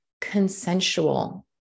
consensual